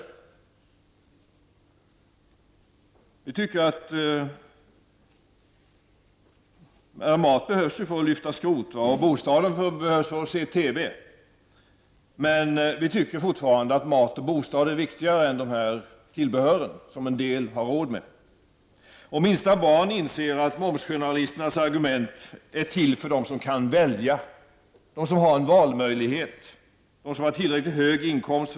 Och fortfarande tycker vi -- maten behövs ju för att man skall kunna lyfta skrot och bostaden behövs för att man skall kunna se TV -- att maten och bostaden är viktigare än sådana här tillbehör som en del har råd med. Även det minsta barn inser att momsgeneralisternas argument är till för dem som har valmöjligheter och tillräckligt höga inkomster.